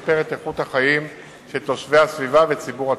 וישפר את איכות החיים של תושבי הסביבה וציבור הטסים.